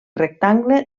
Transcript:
rectangle